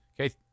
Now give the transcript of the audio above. Okay